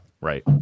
Right